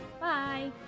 bye